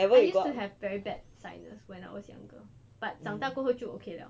I used to have very bad sinus when I was younger but 长大过后就 okay 了